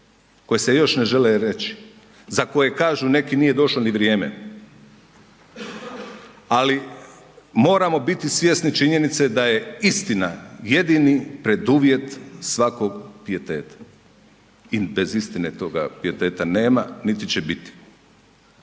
koje se još ne žele reći, za koje kažu neki nije došlo ni vrijeme, ali moramo biti svjesni činjenice da je istina jedini preduvjet svakog pijeteta i bez istine toga pijeteta nema, niti će biti.